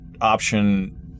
option